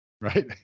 Right